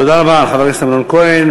תודה רבה לחבר הכנסת אמנון כהן.